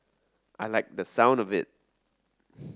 I liked the sound of it